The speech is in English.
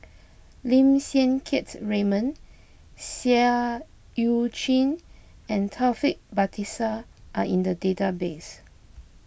Lim Siang Keats Raymond Seah Eu Chin and Taufik Batisah are in the database